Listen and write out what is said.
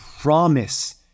promise